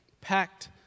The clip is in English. packed